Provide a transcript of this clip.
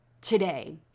today